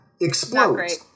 explodes